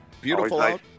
beautiful